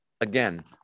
again